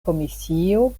komisio